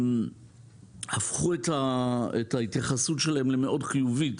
הפכו את ההתייחסות שלהם למאוד חיובית